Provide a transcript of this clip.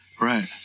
Right